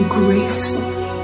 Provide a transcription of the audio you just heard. gracefully